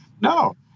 No